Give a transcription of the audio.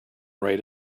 rate